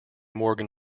morgan